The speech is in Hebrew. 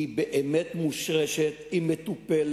באמת מושרש, הוא מטופל